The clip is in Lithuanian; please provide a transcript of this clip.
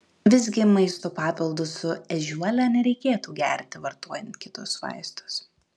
visgi maisto papildus su ežiuole nereikėtų gerti vartojant kitus vaistus